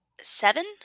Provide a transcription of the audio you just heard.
Seven